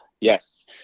yes